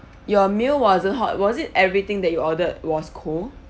your meal wasn't hot was it everything that you ordered was cold